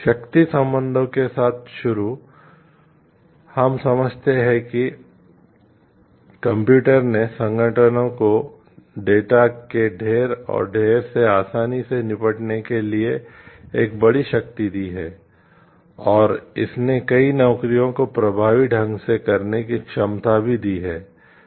शक्ति संबंधों के साथ शुरू हम समझते हैं कि कंप्यूटर के ढेर और ढेर से आसानी से निपटने के लिए एक बड़ी शक्ति दी है और इसने कई नौकरियों को प्रभावी ढंग से करने की क्षमता भी दी है